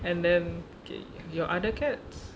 and then okay your other cats